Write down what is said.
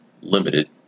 limited